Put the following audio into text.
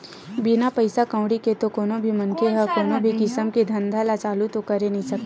बिना पइसा कउड़ी के तो कोनो भी मनखे ह कोनो भी किसम के धंधा ल चालू तो करे नइ सकय